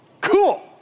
cool